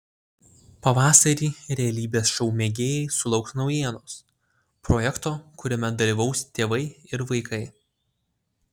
pavasarį realybės šou mėgėjai sulauks naujienos projekto kuriame dalyvaus tėvai ir vaikai